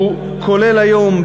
הוא כולל היום,